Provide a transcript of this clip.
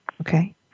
Okay